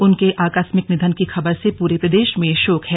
उनके आकस्मिक निधन की खबर से पूरे प्रदेश में शोक है